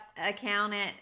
accountant